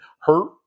hurt